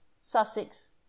Sussex